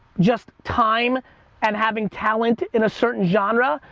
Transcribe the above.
just time and having talent in a certain genre.